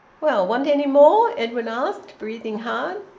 well, want any more? edwin asked, breathing hard.